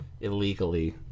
illegally